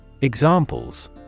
Examples